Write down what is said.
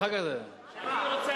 אני רוצה